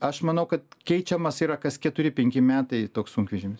aš manau kad keičiamas yra kas keturi penki metai toks sunkvežimis